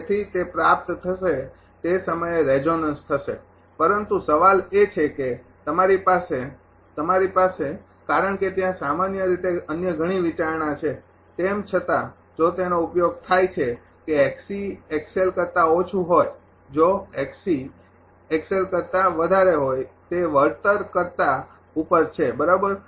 તેથી તે પ્રાપ્ત થશે તે સમયે રેઝોનન્સ થશે પરંતુ સવાલ એ છે કે તમારી પાસે તમારી પાસે કારણ કે ત્યાં સામાન્ય રીતે અન્ય ઘણી વિચારણા છે તેમ છતાં જો તેનો ઉપયોગ થાય છે કે કરતાં ઓછું હોય જો તે વળતર કરતાં ઉપર છે બરાબર